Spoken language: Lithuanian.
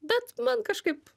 bet man kažkaip